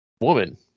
woman